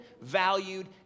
valued